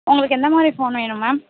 உங்களுக்கு எந்தமாதிரி ஃபோன் வேணும் மேம்